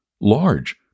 large